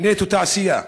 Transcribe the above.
"נטו תעשייה",